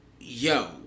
yo